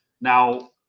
Now